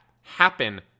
happen